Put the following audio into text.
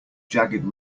jagged